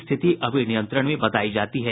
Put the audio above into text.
स्थिति अभी नियंत्रण में बतायी जाती है